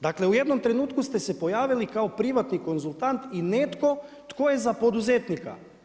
Dakle, u jednom trenutku ste se pojavili kao privatni konzultant i netko tko je za poduzetnika.